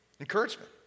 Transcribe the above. Encouragement